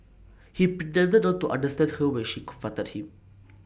he pretended not to understand her when she confronted him